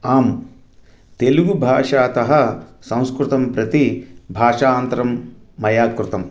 आम् तेलुगुभाषातः संस्कृतं प्रति भाषान्तरं मया कृतम्